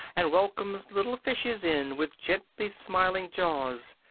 and welcomes little fishes in with gently-smiling jaws!